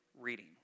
reading